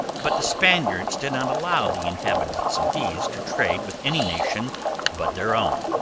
but the spaniards did not allow the inhabitants of these to trade with any nation but their own,